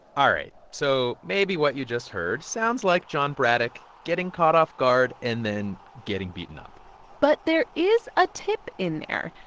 all right, so maybe what you just heard sounds like john braddock getting caught off guard and then getting beaten up but there is a tip in there.